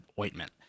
ointment